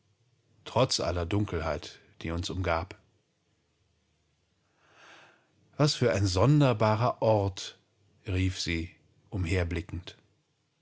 trotz all der dunklen sachen die uns umgaben was für ein seltsamer ort sagte sie